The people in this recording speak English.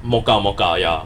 mocha mocha ya